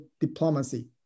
diplomacy